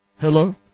hello